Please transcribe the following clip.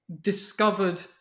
discovered